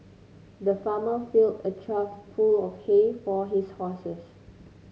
the farmer fill a trough full of hay for his horses